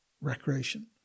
recreation